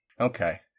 okay